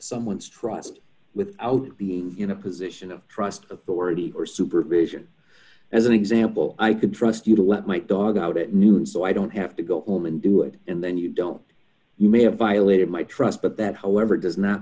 someone's trust without being in a position of trust authority or supervision d as an example i could trust you to what might dog out at noon so i don't have to go home and do it and then you don't you may have violated my trust but that however does not